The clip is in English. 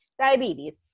diabetes